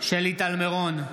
שלי טל מירון,